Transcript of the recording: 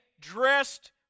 dressed